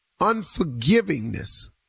unforgivingness